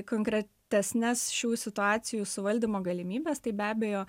konkretesnes šių situacijų suvaldymo galimybes tai be abejo